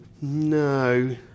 no